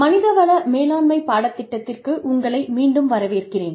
மனித வள மேலாண்மை பாடத்திட்டத்திற்கு உங்களை மீண்டும் வரவேற்கிறேன்